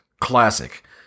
classic